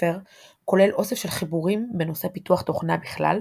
הספר כולל אוסף של חיבורים בנושא פיתוח תוכנה בכלל,